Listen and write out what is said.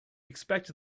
expect